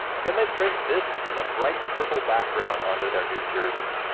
and then they print this and a bright purple background onto their new jersey.